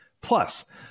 Plus